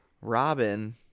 Robin